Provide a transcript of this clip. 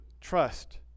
trust